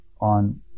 on